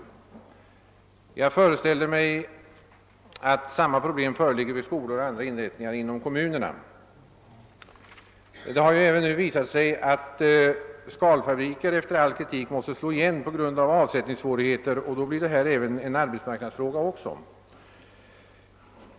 Jag föreställer mig att samma problem = föreligger vid skolor och andra inrättningar inom kommunerna. Det har också visat sig att skalfabriker efter all kritik har måst slå igen på grund av avsättningssvårigheter, och då blir detta även en arbetsmarknadsfråga.